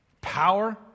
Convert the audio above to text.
Power